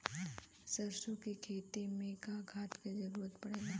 सरसो के खेती में का खाद क जरूरत पड़ेला?